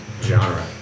genre